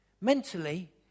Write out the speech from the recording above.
Mentally